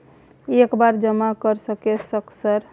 एक बार जमा कर सके सक सर?